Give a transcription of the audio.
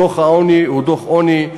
דוח העוני הוא דוח עוני,